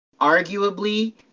Arguably